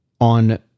on